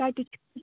کَتہِ